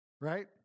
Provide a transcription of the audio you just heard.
right